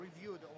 reviewed